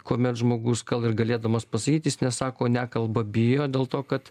kuomet žmogus gal ir galėdamas pasakyti jis nesako nekalba bijo dėl to kad